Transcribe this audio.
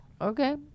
Okay